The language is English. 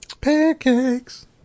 Pancakes